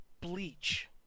Bleach